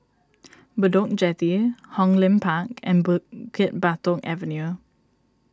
Bedok Jetty Hong Lim Park and Bukit Batok Avenue